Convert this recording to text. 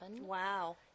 Wow